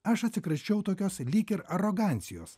aš atsikračiau tokios lyg ir arogancijos